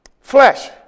Flesh